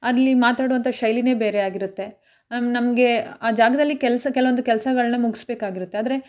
ಅಲ್ಲಿ ಮಾತಾಡುವಂಥ ಶೈಲಿಯೇ ಬೇರೆ ಆಗಿರುತ್ತೆ ನಮ್ಮ ನಮಗೆ ಆ ಜಾಗದಲ್ಲಿ ಕೆಲಸ ಕೆಲವೊಂದು ಕೆಲಸಗಳ್ನ ಮುಗಿಸ್ಬೇಕಾಗಿರುತ್ತೆ ಆದರೆ